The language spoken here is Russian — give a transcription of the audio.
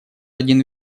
один